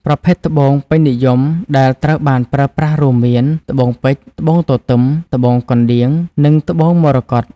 ប្រភេទត្បូងពេញនិយមដែលត្រូវបានប្រើប្រាស់រួមមាន ត្បូងពេជ្រ ត្បូងទទឹម ត្បូងកណ្ដៀង និងត្បូងមរកត។